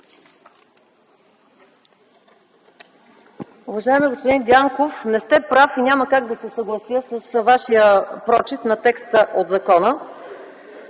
Уважаеми господин Дянков, не сте прав и няма как да се съглася с Вашия прочит на текста от закона,